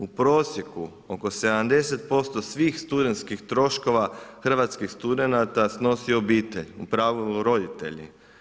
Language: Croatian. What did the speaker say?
U prosjeku oko 70% svih studentskih troškova hrvatskih studenata snosi obitelj u pravilu roditelji.